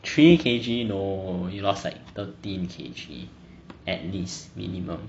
three kg no you lost like thirteen kg at least minimum